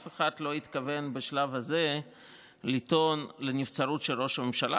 אף אחד לא התכוון בשלב הזה לטעון לנבצרות של ראש הממשלה.